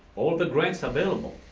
all the grants available,